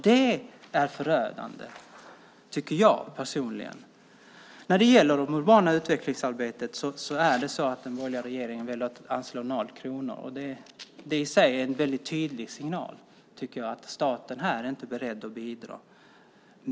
Det är förödande, tycker jag personligen. När det gäller det urbana utvecklingsarbetet har den borgerliga regeringen velat anslå noll kronor. Det i sig är en väldigt tydlig signal - här är staten inte beredd att bidra.